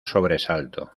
sobresalto